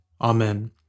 Amen